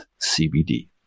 CBD